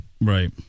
right